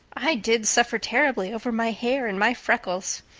i did suffer terribly over my hair and my freckles.